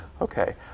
Okay